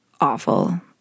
awful